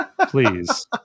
please